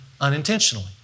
unintentionally